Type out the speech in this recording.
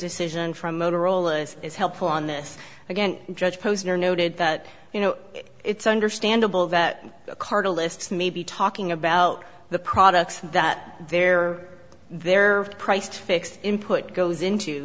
decision from motorola's is helpful on this again judge posner noted that you know it's understandable that carter lists maybe talking about the products that they're they're priced fixed input goes into